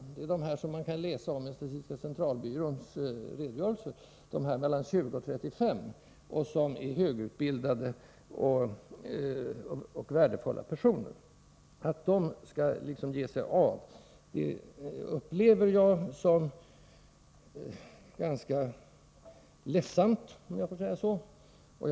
Det är dessa människor som man kan läsa om i statistiska centralbyråns redogörelse — de som är mellan 20 och 35 år och som är högutbildade och allmänt värdefulla personer. Jag upplever det som ganska ledsamt att de ger sig av.